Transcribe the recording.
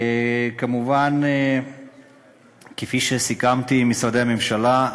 כפי שסיכמתי עם משרדי ממשלה,